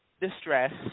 distress